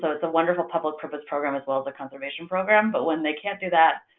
so it's a wonderful public purpose program as well as a conservation program. but when they can't do that,